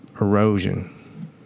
erosion